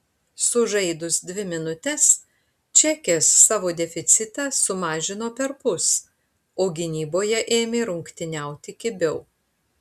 sužaidus dvi minutes čekės savo deficitą sumažino perpus o gynyboje ėmė rungtyniauti kibiau